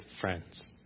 friends